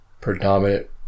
predominant